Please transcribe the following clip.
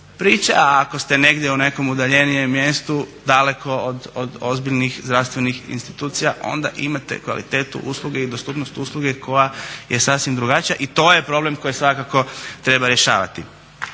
priče, a ako ste negdje u nekom udaljenijem mjestu daleko od ozbiljnih zdravstvenih institucija, onda imate kvalitetu usluge i dostupnost usluge koja je sasvim drugačija i to je problem koji svakako treba rješavati.